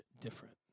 different